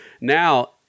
Now